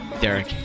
Derek